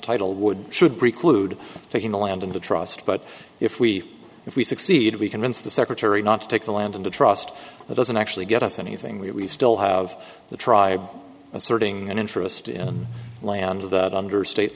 title would should preclude taking the land into trust but if we if we succeed we convince the secretary not to take the land in the trust that doesn't actually get us anything we still have the tribe asserting an interest in land of the under state